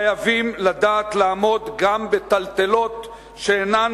חייבים לדעת לעמוד גם בטלטלות שאינן